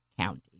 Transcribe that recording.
County